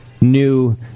New